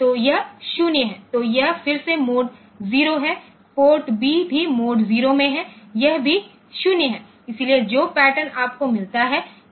तो यह 0 है तो यह फिर से मोड 0है पोर्ट बी भी मोड 0 में है और यह भी 0 है इसलिए जो पैटर्न आपको मिलता है वह 90 है